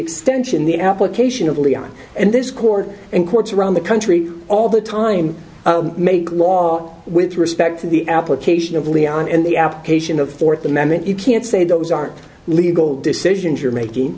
extension the application of leon and this court and courts around the country all the time make law with respect to the application of leon and the application of the fourth amendment you can't say those aren't legal decisions you're making